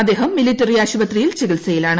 അദ്ദേഹം മിലിറ്ററി ആശുപത്രിയിൽ ചികിത്സയിലാണ്